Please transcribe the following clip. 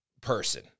person